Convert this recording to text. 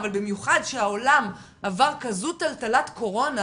אבל במיוחד כשהעולם עבר כזאת טלטלת קורונה